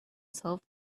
solved